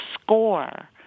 score